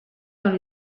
dans